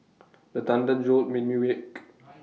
the thunder jolt me awake